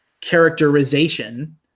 characterization